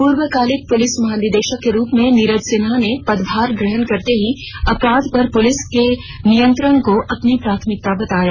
पूर्णकालिक पुलिस महानिदेशक के रूप में नीरज सिन्हा ने पदभार ग्रहण करते ही अपराध पर पुलिस के नियंत्रण को अपनी प्राथमिकता बताया